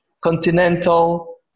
Continental